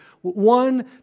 one